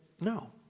no